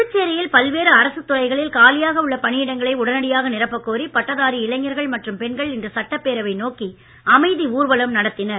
புதுச்சேரியில் பல்வேறு அரசுத் துறைகளில் காலியாக உள்ள பணியிடங்களை உடனடியாக நிரப்பக் கோரி பட்டதாரி இளைஞர்கள் மற்றும் பெண்கள் இன்று சட்டப்பேரவை நோக்கி அமைதி ஊர்வலம் நடத்தினர்